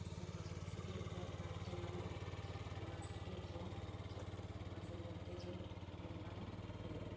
ᱡᱟᱦᱟᱸ ᱥᱤᱠᱲᱤᱡ ᱜᱚᱡ ᱨᱟᱱ ᱠᱚ ᱧᱟᱢᱚᱜᱼᱟ ᱚᱱᱟ ᱮᱥᱯᱮᱨᱮ ᱠᱚ ᱢᱟᱡᱷᱮ ᱢᱚᱫᱫᱷᱮ ᱜᱮ ᱮᱢ ᱵᱟᱲᱟ ᱦᱩᱭᱩᱜᱼᱟ